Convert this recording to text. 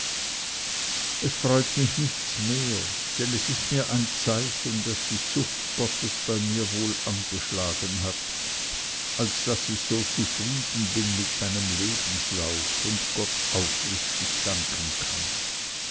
es freut mich nichts mehr denn es ist mir ein zeichen daß die zucht gottes bei mir wohl angeschlagen hat als daß ich so zufrieden bin mit meinem lebenslauf und gott aufrichtig danken kann